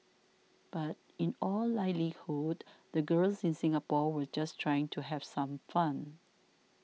but in all likelihood the girls in Singapore were just trying to have some fun